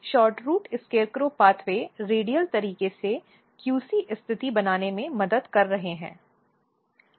SHORTROOT SCARECROW pathway radial तरीके से QC स्थिति बनाने में मदद कर रहे हैं